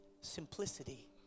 simplicity